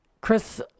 Chris